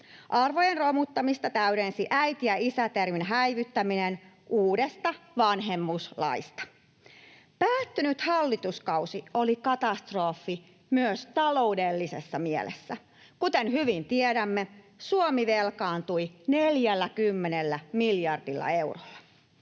Arvojen romuttamista täydensi äiti- ja isä-termien häivyttäminen uudesta vanhemmuuslaista. Päättynyt hallituskausi oli katastrofi myös taloudellisessa mielessä: Kuten hyvin tiedämme, Suomi velkaantui 40 miljardilla eurolla.